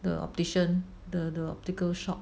the optician the the optical shop